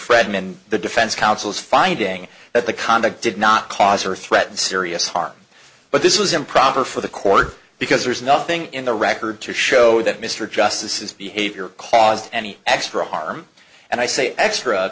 fred and the defense counsel is finding that the conduct did not cause or threaten serious harm but this was improper for the court because there's nothing in the record to show that mr justice is behavior caused any extra harm and i say extra